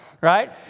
right